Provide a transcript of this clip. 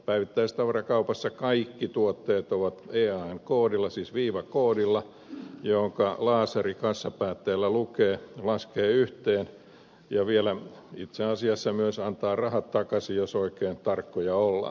päivittäistavarakaupassa kaikki tuotteet ovat ean koodilla siis viivakoodilla jonka laseri kassapäätteellä lukee laskee yhteen ja vielä itse asiassa myös antaa rahat takaisin jos oikein tarkkoja ollaan